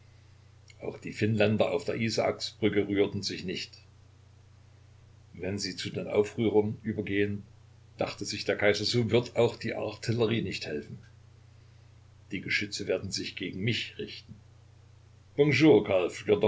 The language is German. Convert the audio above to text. auch die finnländer auf der isaaksbrücke rührten sich nicht wenn sie zu den aufrührern übergehen dachte sich der kaiser so wird auch die artillerie nicht helfen die geschütze werden sich gegen mich richten